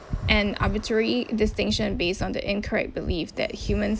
and arbitrary distinction based on the incorrect belief that humans